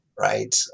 right